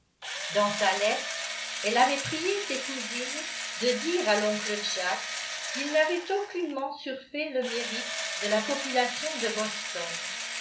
dans sa lettre elle avait prié ses cousines de dire à l'oncle jack qu'il n'avait aucunement surfait le mérite de la population de boston